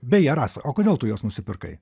beje rasa o kodėl tu juos nusipirkai